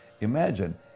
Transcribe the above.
imagine